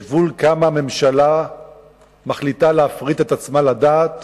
יש גבול כמה הממשלה יכולה להפריט את עצמה לדעת